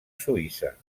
suïssa